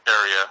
area